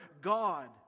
God